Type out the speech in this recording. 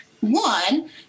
One